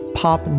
pop